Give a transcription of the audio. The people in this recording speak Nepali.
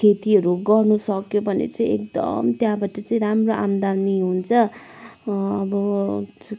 खेतीहरू गर्नु सक्यो भने चाहिँ एकदम त्यहाँबाट चाहिँ राम्रो आमदामी हुन्छ अब